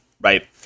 right